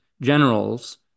generals